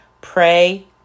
Pray